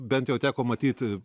bent jau teko matyti